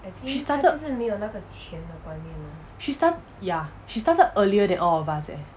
she started she start ya she started earlier than all of us eh